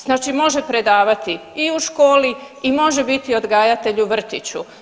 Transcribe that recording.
Znači može predavati i u školi i može biti odgajatelj u vrtiću.